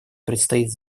предстоит